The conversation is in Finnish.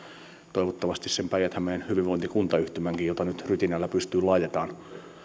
toivottavasti sen päijät hämeen hyvinvointikuntayhtymänkin jota nyt rytinällä pystyyn laitetaan